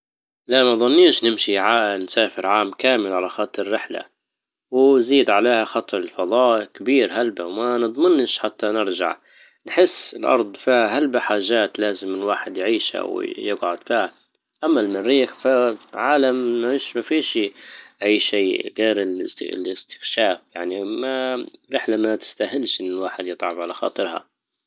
لا مظنيش نمشي عا- نسافر عام كامل على خط الرحلة، وزيد عليها خاطر الفضاء كبير هلبا ومنظنش حتى نرجع. نحس الارض فيها هلبا حاجات لازم الواحد يعيشها ويجعد فيها. اما المريخ فعالم مش- ما في شي اي شي غيرالاستكشاف يعني رحله ما تستاهلش ان الواحد يتعب على خاطرها.